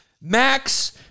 Max